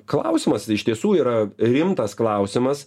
klausimas iš tiesų yra rimtas klausimas